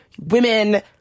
women